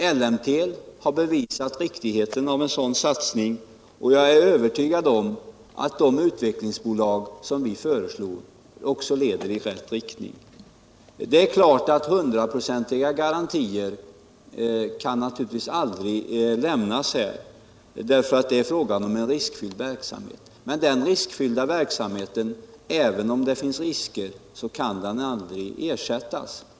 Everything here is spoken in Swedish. ELLEMTEL har visat det riktiga i att göra en sådan satsning, och jag är övertygad om att de utvecklingsbolag som vi föreslår också leder i rätt riktning. Några hundraprocentiga garantier kan naturligtvis aldrig lämnas, eftersom det härär fråga om en riskfylld verksamhet. Men även om det föreligger risker kan denna verksamhet aldrig ersättas.